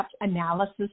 analysis